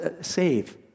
save